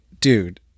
Dude